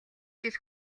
жил